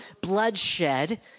bloodshed